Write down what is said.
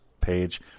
page